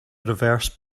reverse